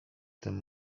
tym